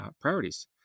priorities